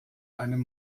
einem